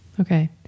Okay